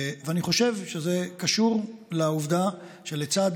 ואני חושב שזה קשור לעובדה שלצד